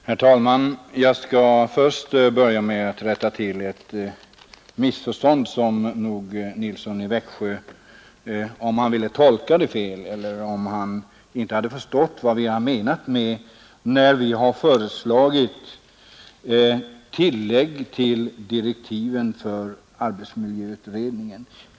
Herr talman! Jag vill börja med att rätta till ett missförstånd eller en missuppfattning, som herr Nilsson i Växjö gjort sig skyldig till angående vårt förslag om tillägg till direktiven för arbetsmiljöutredningen.